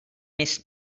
més